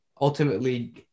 ultimately